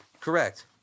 Correct